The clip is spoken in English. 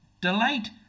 delight